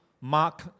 Mark